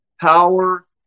power